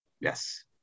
Yes